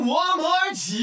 Walmart